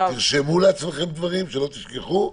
תרשמו לעצמכם דברים כדי שלא תשכחו.